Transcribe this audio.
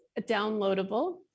downloadable